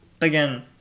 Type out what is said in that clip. Again